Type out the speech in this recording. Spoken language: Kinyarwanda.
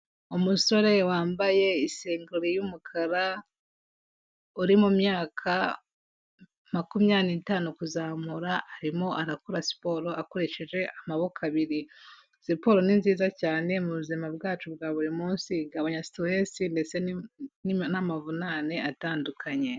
Umusore wambaye isengeri y'umukara, uri mu myaka makumyabiri n'itanu kuzamura, arimo arakora siporo akoresheje amaboko abiri. Siporo ni nziza cyane mubuzima bwacu bwa buri munsi, igabanya siteresi ndetse n'amavunane atandukanye.